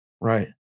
Right